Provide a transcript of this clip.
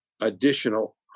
additional